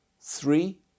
Three